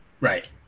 Right